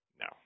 No